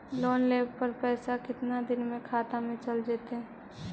Loan लेब पर पैसा कितना दिन में खाता में चल आ जैताई?